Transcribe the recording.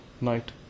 night